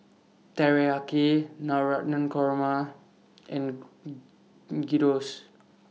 Teriyaki Navratan Korma and Gyros